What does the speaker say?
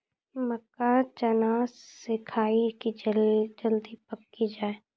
मक्का चना सिखाइए कि जल्दी पक की जय?